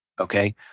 Okay